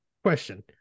Question